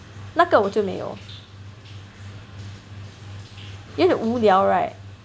那个我就没有无聊 right